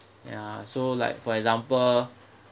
ya so like for example